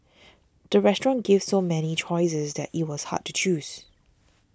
the restaurant gave so many choices that it was hard to choose